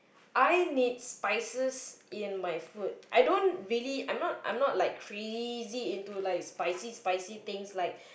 I need spices in my food I don't really I'm not I'm not like crazy into like spicy spicy things like